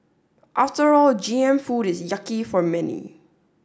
after all G M food is yucky for many